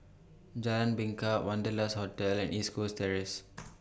Jalan Bingka Wanderlust Hotel and East Coast Terrace